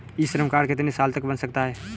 ई Shram card कितने साल तक बन सकता है?